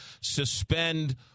suspend